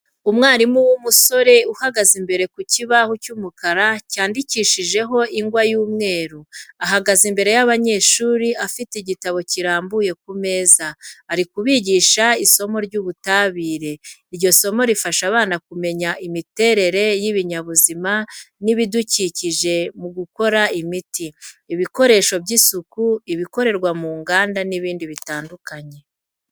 Umwarimu w'umusore uhagaze imbere ku kibaho cy'umukara cyandikishijeho ingwa y'umweru, ahagaze imbere y'abanyeshuri afite igitabo kirambuye ku meza. Ari kubigisha isomo ry'ubutabire. Iryo somo rifasha abana kumenya imiterere y’ibinyabuzima n’ibidukikije mu gukora imiti, ibikoresho by'isuku, ibikorerwa mu nganda n'ibindi bitandukanye.